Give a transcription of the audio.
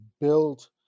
Build